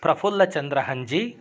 प्रफुल्लचन्द्रहञ्जी